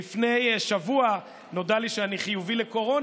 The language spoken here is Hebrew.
"לפני שבוע נודע לי שאני חיובי לקורונה"